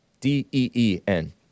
D-E-E-N